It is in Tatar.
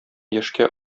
яшькә